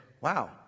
wow